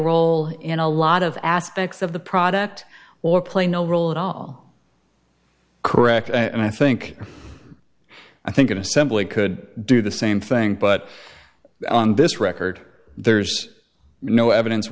role in a lot of aspects of the product or play no role at all correct and i think i think an assembly could do the same thing but on this record there's no evidence